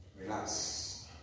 Relax